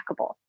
trackable